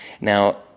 Now